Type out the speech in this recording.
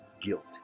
guilt